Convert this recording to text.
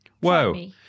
Whoa